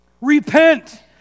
Repent